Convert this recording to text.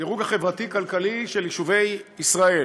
הדירוג החברתי-כלכלי של יישובי ישראל.